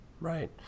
Right